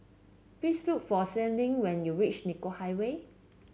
please look for Sharde when you reach Nicoll Highway